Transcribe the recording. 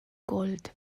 gold